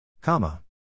Comma